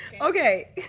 Okay